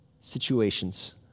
situations